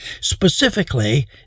specifically